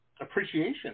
appreciation